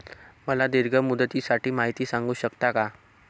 मला दीर्घ मुदतीसाठी माहिती सांगू शकता का?